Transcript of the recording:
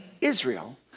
Israel